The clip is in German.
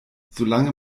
solange